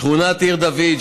שכונת עיר דוד,